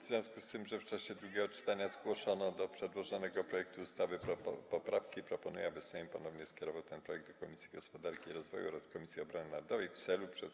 W związku z tym, że w czasie drugiego czytania zgłoszono do przedłożonego projektu ustawy poprawki, proponuję, aby Sejm ponownie skierował ten projekt do Komisji Gospodarki i Rozwoju oraz Komisji Obrony Narodowej w celu przedstawienia sprawozdania.